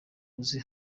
uzi